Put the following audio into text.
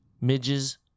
Midges